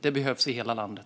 Det behövs i hela landet.